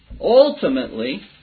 ultimately